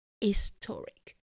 historic